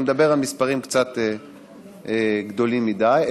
אני מדבר על מספרים קצת גדולים מדי,